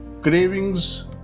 cravings